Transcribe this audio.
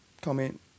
comment